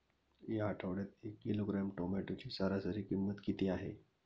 या आठवड्यात एक किलोग्रॅम टोमॅटोची सरासरी किंमत किती आहे?